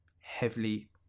heavily